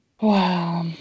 Wow